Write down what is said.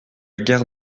guerre